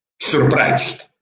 surprised